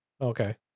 Okay